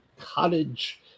cottage